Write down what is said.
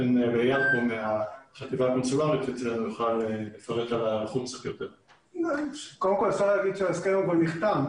צריך לומר שההסכם הזה נחתם,